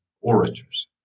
orators